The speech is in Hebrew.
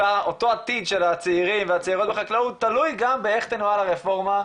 אותו עתיד של הצעירים והצעירות בחקלאות תלוי גם באיך תנוהל הרפורמה,